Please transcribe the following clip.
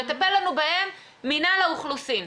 יטפל לנו בהם מינהל האוכלוסין.